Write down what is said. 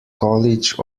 college